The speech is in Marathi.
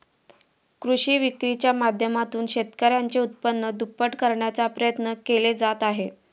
कृषी विक्रीच्या माध्यमातून शेतकऱ्यांचे उत्पन्न दुप्पट करण्याचा प्रयत्न केले जात आहेत